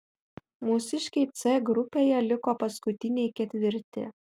mūsiškiai c grupėje liko paskutiniai ketvirti